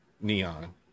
neon